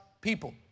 people